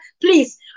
Please